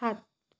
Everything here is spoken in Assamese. সাত